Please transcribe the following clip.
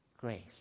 grace